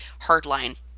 Hardline